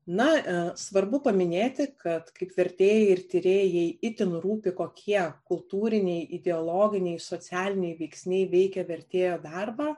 na svarbu paminėti kad kaip vertėjai ir tyrėjai jai itin rūpi kokie kultūriniai ideologiniai socialiniai veiksniai veikia vertėjo darbą